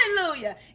Hallelujah